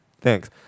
Thanks